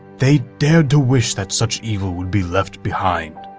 they dared to wish that such evil would be left behind.